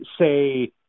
say –